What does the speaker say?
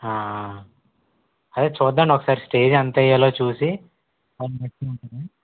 అదే చూద్దామండి ఒకసారి స్టేజ్ ఎంత వెయ్యలో చూసి